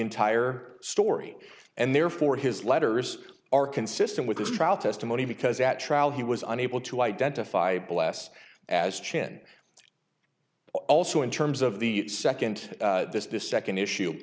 entire story and therefore his letters are consistent with his trial testimony because at trial he was unable to identify blass as chin also in terms of the second this this second issue